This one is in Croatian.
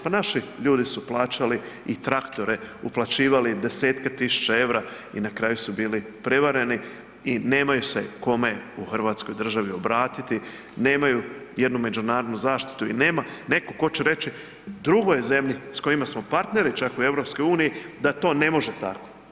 Pa naši ljudi su plaćali i traktore, uplaćivali desetke tisuća eura i na kraju su bili prevareni i nemaju se kome u Hrvatskoj državi obratiti, nemaju jednu međunarodnu zaštitu i nema neko ko će reći drugoj zemlji s kojima smo partneri čak u EU da to ne može tako.